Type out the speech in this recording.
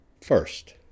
First